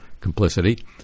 complicity